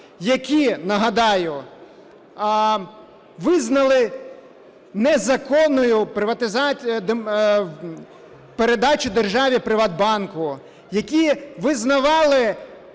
які, нагадаю, визнали незаконною передачу державі "ПриватБанку", які визнавали